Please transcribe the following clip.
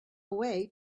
away